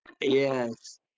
Yes